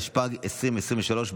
התשפ"ג 2023,